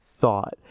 Thought